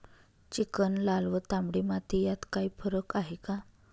Chicken, लाल व तांबडी माती यात काही फरक आहे का?